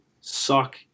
suck